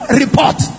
report